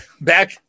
back